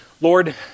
Lord